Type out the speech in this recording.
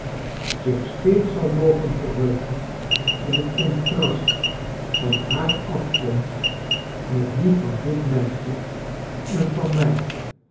zich steeds zal mogen verheugen in het contrast van haar afkomst met die van dit meisje en van mij